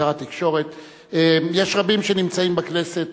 שר התקשורת יש רבים שנמצאים בכנסת